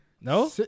No